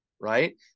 right